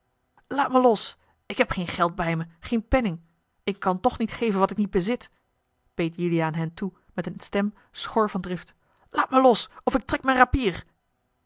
laat me los ik heb geen geld bij mij geen penning ik kan toch niet geven wat ik niet bezit beet juliaan hem toe met eene stem schor van drift laat mij los of ik trek mijn rapier